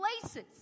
places